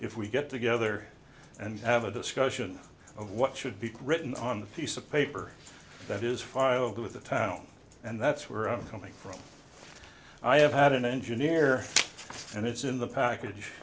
if we get together and have a discussion of what should be written on the piece of paper that is filed with the town and that's where i'm coming from i have had an engineer and it's in the package